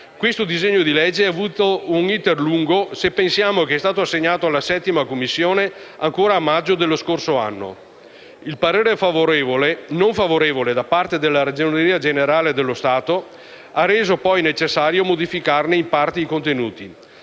il provvedimento ha avuto un *iter* lungo, se pensiamo che è stato assegnato alla 7a Commissione a maggio dello scorso anno; il parere non favorevole da parte della Ragioneria generale dello Stato ha poi reso necessario modificarne in parte i contenuti.